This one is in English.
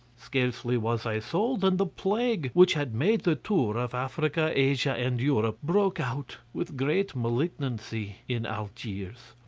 scarcely was i sold, than the plague which had made the tour of africa, asia, and europe, broke out with great malignancy in algiers.